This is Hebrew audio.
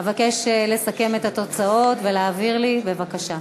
אבקש לסכם את התוצאות ולהעביר לי בבקשה.